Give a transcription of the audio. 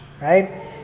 Right